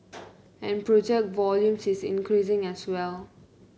and project volume is increasing as well